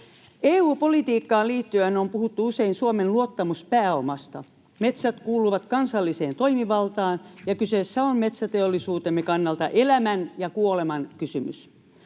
EU-politiikkaan liittyen on puhuttu usein Suomen luottamuspääomasta. Metsät kuuluvat kansalliseen toimivaltaan, ja kyseessä on metsäteollisuutemme kannalta elämän ja kuoleman kysymys.